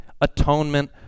atonement